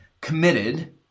committed